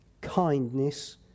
kindness